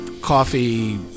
coffee